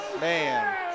man